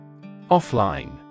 Offline